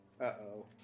uh-oh